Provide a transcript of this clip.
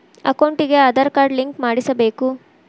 ಅಕೌಂಟಿಗೆ Aadhaar card link ಮಾಡಿಸಬೇಕು?